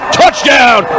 touchdown